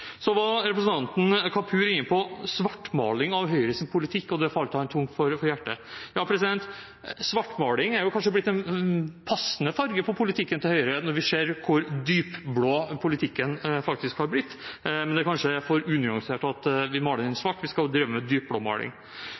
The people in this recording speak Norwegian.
Så var representanten Kapur inne på svartmaling av Høyres politikk, som falt ham tungt for brystet. Svart er kanskje blitt en passende farge på politikken til Høyre, når vi ser hvor dypblå politikken faktisk har blitt. Men det er kanskje for unyansert at vi maler den svart – vi skal drive med